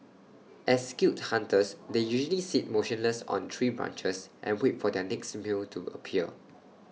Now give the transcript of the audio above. as skilled hunters they usually sit motionless on tree branches and wait for their next meal to appear